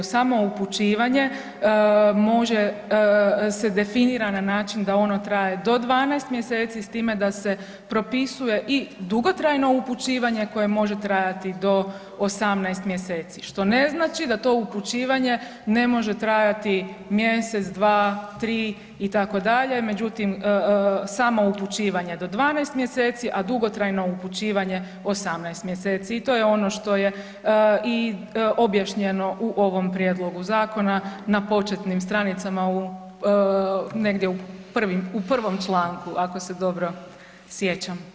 Samo upućivanje se definira na način da ono traje do 12 mjeseci s time da se propisuje i dugotrajno upućivanje koje može trajati do 18 mjeseci, što ne znači da to upućivanje ne može trajati mjesec, dva, tri itd., međutim samo upućivanje do 12 mjeseci, a dugotrajno 18 mjeseci i to je ono što je objašnjeno u ovom prijedlogu zakona na početnim stranicama negdje u prvom članku ako se dobro sjećam.